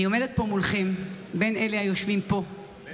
אני עומדת פה מולכם, בין אלה היושבים פה במליאה,